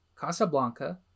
Casablanca